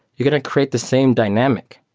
you're going to create the same dynamic.